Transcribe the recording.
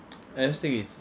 eh this thing is